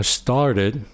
started